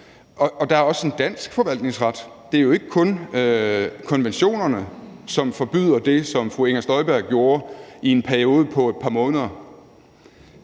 Og der er også en dansk forvaltningsret. Det er jo ikke kun konventionerne, som forbyder det, som fru Inger Støjberg gjorde i en periode på et par måneder.